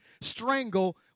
strangle